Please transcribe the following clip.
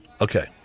okay